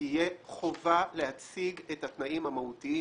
שתהיה חובה להציג את התנאים המהותיים.